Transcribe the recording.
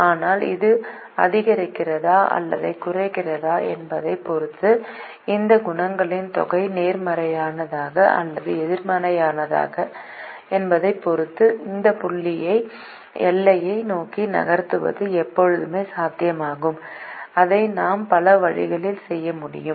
ஆனால் இது அதிகரிக்கிறதா அல்லது குறைக்கிறதா என்பதைப் பொறுத்து இந்த குணகங்களின் தொகை நேர்மறையானதா அல்லது எதிர்மறையானதா என்பதைப் பொறுத்து இந்த புள்ளியை எல்லையை நோக்கி நகர்த்துவது எப்போதுமே சாத்தியமாகும் அதை நாம் பல வழிகளில் செய்ய முடியும்